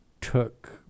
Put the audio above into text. took